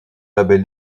label